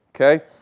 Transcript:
Okay